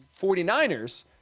49ers